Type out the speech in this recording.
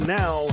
now